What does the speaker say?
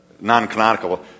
non-canonical